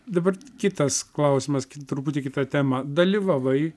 dabar kitas klausimas truputį kita tema dalyvavai